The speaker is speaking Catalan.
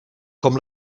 com